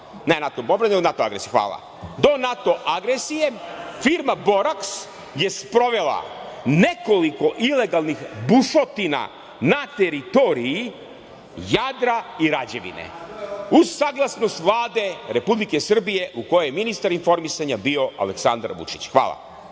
ne NATO bombardovanje, NATO agresija? Hvala. Do NATO agresije firma „Boraks“ je sprovela nekoliko ilegalnih bušotina na teritoriji Jadra i Rađevine, uz saglasnost Vlade Republike Srbije u kojoj je ministar informisanja bio Aleksandar Vučić. Hvala.